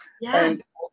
Yes